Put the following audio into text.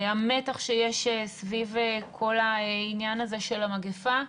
המתח שיש סביב כל העניין הזה של המגפה,